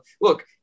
Look